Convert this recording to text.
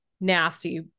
nasty